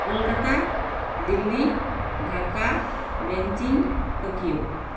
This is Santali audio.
Kolkata Delhi Dhaka Beijing Tokyo